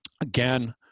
Again